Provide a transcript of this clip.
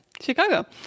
Chicago